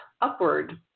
upward